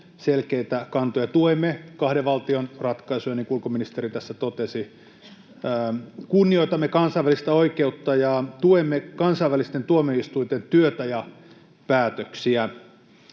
selkeitä kantoja: tuemme kahden valtion ratkaisua, niin kuin ulkoministeri tässä totesi, kunnioitamme kansainvälistä oikeutta, ja tuemme kansainvälisten tuomioistuinten työtä ja päätöksiä.